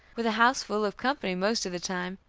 with a house full of company most of the time,